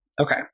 Okay